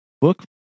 book